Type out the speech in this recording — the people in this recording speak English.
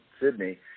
Sydney